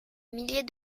milliers